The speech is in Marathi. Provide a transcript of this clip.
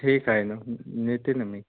ठीक आहे ना नेते न मी